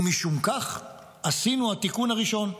ומשום כך עשינו התיקון הראשון,